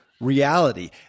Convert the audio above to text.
reality